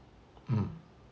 mm